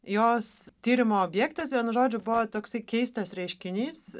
jos tyrimo objektas vienu žodžiu buvo toksai keistas reiškinys